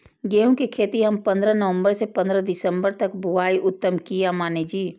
गेहूं के खेती हम पंद्रह नवम्बर से पंद्रह दिसम्बर तक बुआई उत्तम किया माने जी?